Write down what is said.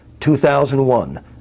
2001